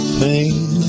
pain